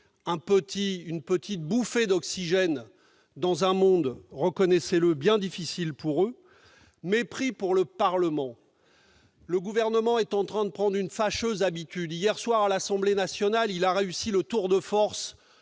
une petite bouffée d'oxygène dans un monde- reconnaissez-le -bien difficile pour eux, mépris pour le Parlement. Le Gouvernement est en train de prendre d'une fâcheuse habitude. Hier soir, à l'Assemblée nationale, il a réussi le tour de force,